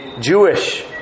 Jewish